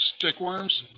stickworms